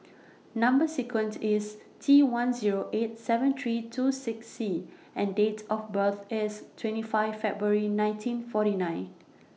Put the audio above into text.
Number sequent IS T one Zero eight seven three two six C and Date of birth IS twenty five February nineteen forty nine